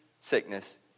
sickness